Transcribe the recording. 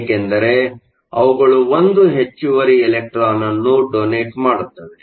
ಏಕೆಂದರೆ ಅವುಗಳು 1 ಹೆಚ್ಚುವರಿ ಎಲೆಕ್ಟ್ರಾನ್ ಅನ್ನು ಡೋನೇಟ್Donate ಮಾಡುತ್ತವೆ